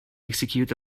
execute